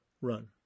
Run